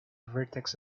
vertex